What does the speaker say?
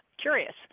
Curious